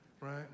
right